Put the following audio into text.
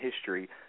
history